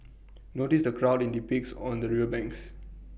notice the crowd IT depicts on the river banks